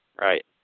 Right